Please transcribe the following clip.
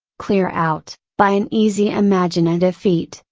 clear out, by an easy imaginative feat,